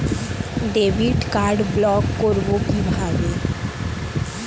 Debit card block করব কিভাবে?